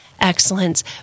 excellence